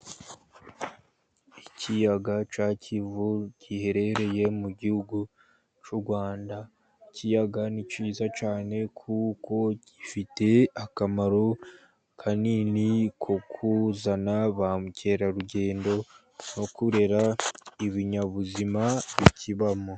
Ikiyaga cya kivu giherereye mu gihugu cy'u Rwanda. Ikiyaga ni cyiza cyane, kuko gifite akamaro kanini ko kuzana ba mukerarugendo bo kureba ibinyabuzima bikibamo.